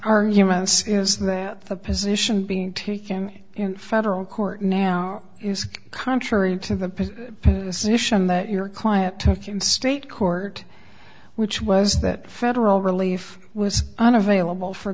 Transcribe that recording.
arguments is that the position being taken in federal court now is contrary to the decision that your client took in state court which was that federal relief was unavailable for